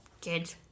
Good